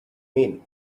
mean